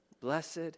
blessed